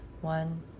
one